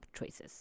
choices